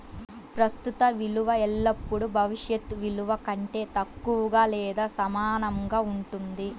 ప్రస్తుత విలువ ఎల్లప్పుడూ భవిష్యత్ విలువ కంటే తక్కువగా లేదా సమానంగా ఉంటుంది